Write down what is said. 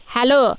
Hello